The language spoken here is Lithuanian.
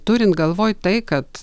turint galvoj tai kad